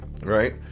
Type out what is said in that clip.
Right